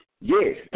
yes